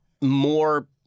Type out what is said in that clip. more